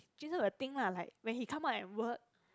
jun sheng will think lah like when he come out and work